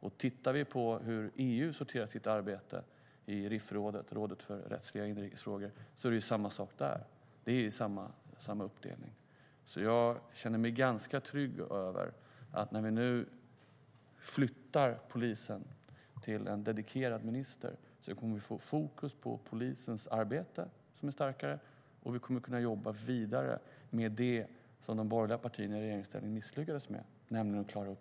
Om vi tittar på hur EU sorterar sitt arbete i RIF-rådet, rådet för rättsliga och inrikes frågor, är det samma uppdelning